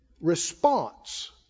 response